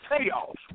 payoff